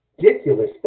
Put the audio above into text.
ridiculous